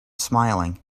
smiling